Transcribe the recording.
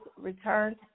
returned